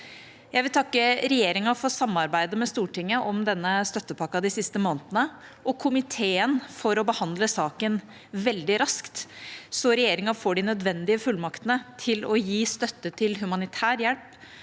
Jeg vil takke regjeringa for samarbeidet med Stortinget om denne støttepakken de siste månedene og komiteen for å behandle saken veldig raskt, så regjeringa får de nødvendige fullmaktene til å gi støtte til humanitær hjelp